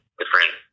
different